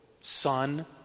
son